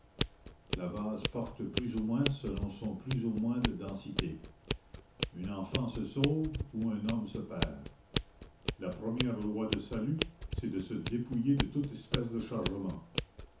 la vase porte plus ou moins selon son plus ou moins de densité une enfant se sauve où un homme se perd la première loi de salut c'est de se dépouiller de toute espèce de chargement